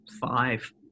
five